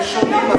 הם שונים.